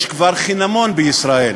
יש כבר חינמון בישראל,